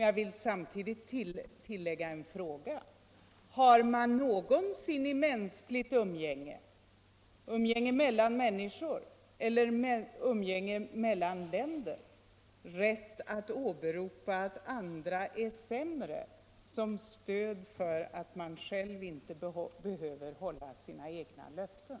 Jag vill samtidigt lägga till en fråga: Har man någonsin i mänskligt umgänge - umgänge mellan människor eller mellan länder — rätt att åberopa att andra är sämre som stöd för att man själv inte håller sina egna löften?